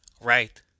Right